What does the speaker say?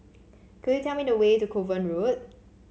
could you tell me the way to Kovan Road